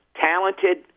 talented